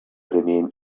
remain